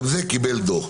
גם זה קיבל דוח.